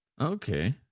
Okay